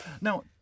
Now